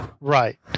right